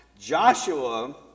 Joshua